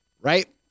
Right